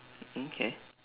mm okay